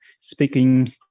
speaking